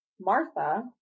Martha